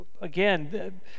Again